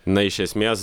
na iš esmės